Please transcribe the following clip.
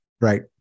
right